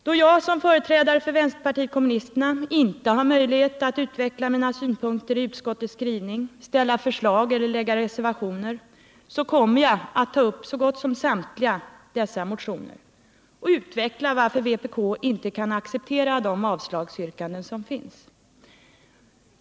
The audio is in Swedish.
Då jag som företrädare för vpk inte har möjlighet att utveckla mina synpunkter i utskottets skrivning, lägga fram förslag eller lägga fram reservationer, kommer jag att ta upp så gott som samtliga dessa motioner och utveckla varför vpk inte kan acceptera de avslagsyrkanden som finns.